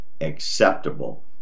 acceptable